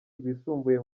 rwisumbuye